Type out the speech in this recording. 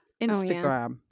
Instagram